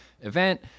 event